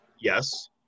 yes